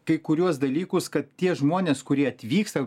kai kuriuos dalykus kad tie žmonės kurie atvyksta